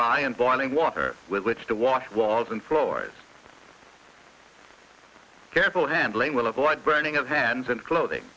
in boiling water with which to wash walls and floors careful handling will avoid burning of hands and clothing